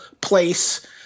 place